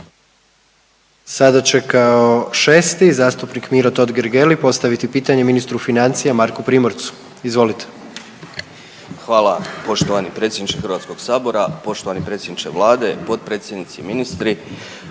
Sada će kao 6. zastupnik Miro Totgergeli postaviti pitanje ministru financija Marku Primorcu, izvolite. **Totgergeli, Miro (HDZ)** Hvala poštovani predsjedniče HS, poštovani predsjedniče Vlade, potpredsjednici i ministri.